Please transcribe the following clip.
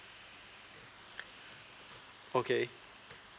okay